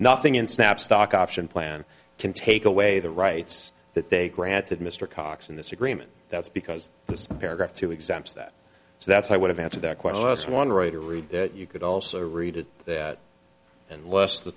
nothing in snap stock option plan can take away the rights that they granted mr cox in this agreement that's because this paragraph two examples that so that's how i would have answered that question us one writer read that you could also read that unless the